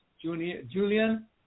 Julian